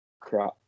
crap